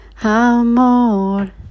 amor